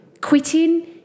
Quitting